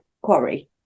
quarry